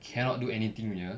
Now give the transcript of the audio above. cannot do anything punya